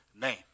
name